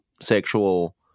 sexual